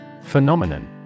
phenomenon